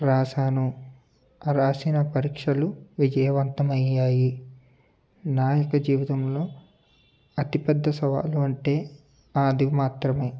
రాసాను రాసిన పరీక్షలు విజయవంతమయ్యాయి నా యొక్క జీవితంలో అతి పెద్ద సవాలు అంటే అది మాత్రమే